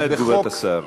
תשמעו את תגובת השר.